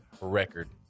record